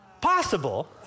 Possible